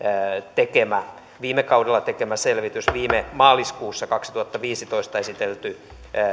viime kaudella tekemä selvitys viime maaliskuussa kaksituhattaviisitoista esitelty